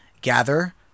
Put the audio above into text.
gather